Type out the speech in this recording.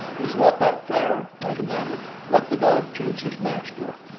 is not that fair? i demanded. let the dog choose his master.